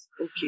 Okay